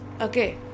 Okay